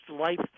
life